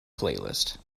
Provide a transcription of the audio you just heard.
playlist